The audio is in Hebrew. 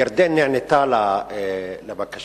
ירדן נענתה לבקשה,